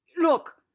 Look